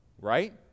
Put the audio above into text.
right